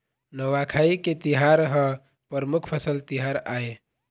नवाखाई के तिहार ह परमुख फसल तिहार आय